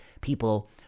people